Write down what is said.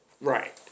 Right